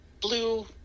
blue